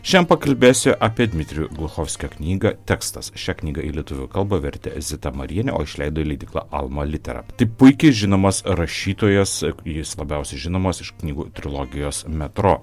šiandien pakalbėsiu apie dmitrijų gluchovskio knygą tekstas šią knygą į lietuvių kalbą vertė zita marienė o išleido leidykla alma litera tai puikiai žinomas rašytojas jis labiausiai žinomas iš knygų trilogijos metro